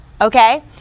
Okay